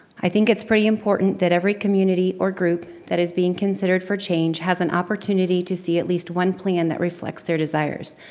i think it's pretty important that every community or group that is being considered for change has an opportunity to see at least one plan that reflects their desires.